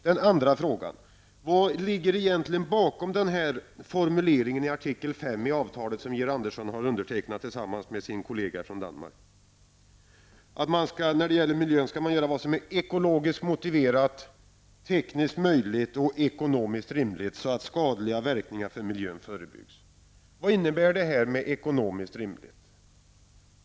Min andra fråga är: Vad ligger egentligen bakom formuleringen i artikel 5 i det avtal som Georg Andersson har undertecknat tillsammans med sin kollega från Danmark? Där utsägs att man skall göra det som är ekologiskt motiverat, tekniskt möjligt och ekonomiskt rimligt så att skadliga verkningar för miljön förebyggs. Vad innebär ekonomiskt rimligt?